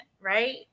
right